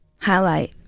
highlight